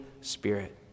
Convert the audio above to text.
Spirit